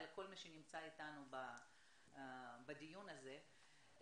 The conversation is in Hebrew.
אלא כל מי שנמצא איתנו בדיון הזה,